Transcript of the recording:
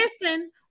Listen